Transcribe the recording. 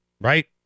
right